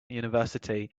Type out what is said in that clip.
university